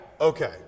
Okay